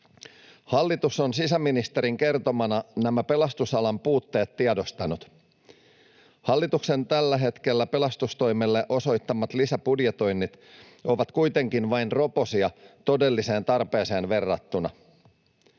Hallitus on sisäministerin kertomana nämä pelastusalan puutteet tiedostanut. Hallituksen tällä hetkellä pelastustoimelle osoittamat lisäbudjetoinnit ovat kuitenkin vain roposia todelliseen tarpeeseen verrattuna.